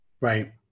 Right